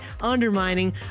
undermining